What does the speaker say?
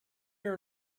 are